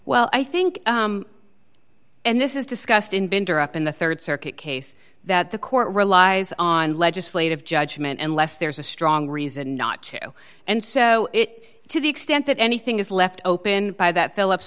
well i think and this is discussed inventor up in the rd circuit case that the court relies on legislative judgment unless there's a strong reason not to and so it to the extent that anything is left open by that phillips